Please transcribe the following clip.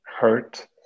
hurt